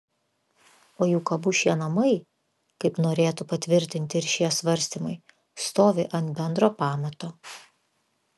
o juk abu šie namai kaip norėtų patvirtinti ir šie svarstymai stovi ant bendro pamato